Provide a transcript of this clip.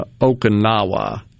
Okinawa